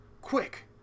quick